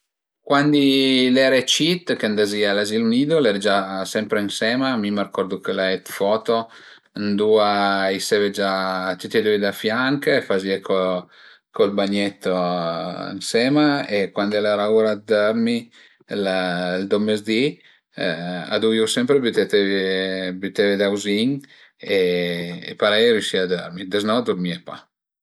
Cuandi l'ere cit che andazìe a l'azilo nido l'era gia sempre ënsema, mi m'ërcordu che l'ai d'foto ëndua i seve gia tüti e dui da fianch e fazìe co co ël bagnetto ënsema e cuand al era ura dë dörmi ël dop mezdì a duvìu sempre bütete büteve dauzin e parei riusive a dörmi, deznò i dürmìe pa